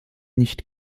nicht